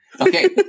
Okay